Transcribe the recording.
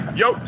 yo